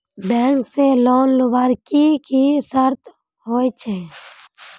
Bank से loan लुबार की की शर्त होचए?